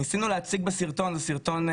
זה סרטון,